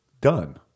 done